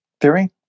theory